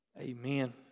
Amen